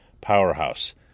powerhouse